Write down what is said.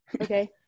Okay